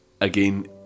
again